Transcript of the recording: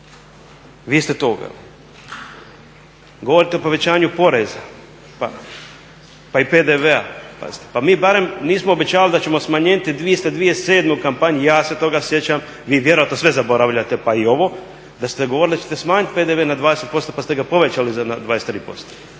i uveli. Govorite o povećanju poreza pa i PDV-a, pazite pa mi barem nismo obećavali da ćemo smanjiti, vi ste 2007.u kampanji ja se toga sjećam, vi vjerojatno sve zaboravljate pa i ovo da ste govorili da ćete smanjiti PDV na 20% pa ste ga povećali na 23%,